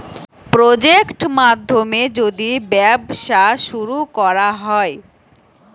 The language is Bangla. প্রজেক্ট মাধ্যমে যদি ব্যবসা শুরু করা হয়